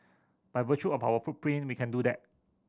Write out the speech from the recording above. by virtue of our footprint we can do that